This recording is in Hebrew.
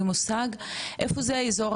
מימין למעלה, אוקי,